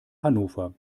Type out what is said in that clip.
hannover